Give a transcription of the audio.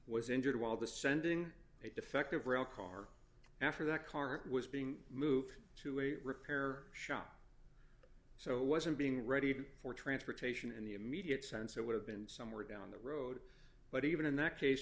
was injured while the sending a defective rail car after that car was being moved to a repair shop so it wasn't being readied for transportation in the immediate sense it would have been somewhere down the road but even in that case